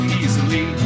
easily